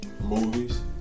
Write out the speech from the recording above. movies